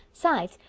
sides,